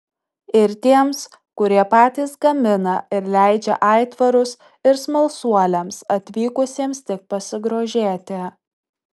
ir tiems kurie patys gamina ir leidžia aitvarus ir smalsuoliams atvykusiems tik pasigrožėti